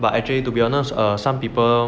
but actually to be honest err some people